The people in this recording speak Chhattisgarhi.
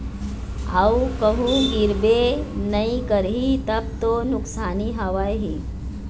अऊ कहूँ गिरबे नइ करही तब तो नुकसानी हवय ही